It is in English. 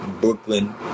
Brooklyn